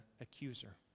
accuser